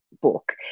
book